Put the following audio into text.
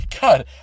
God